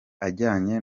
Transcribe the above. ajyanye